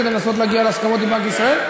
כדי לנסות להגיע להסכמות עם בנק ישראל?